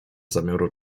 zamiaru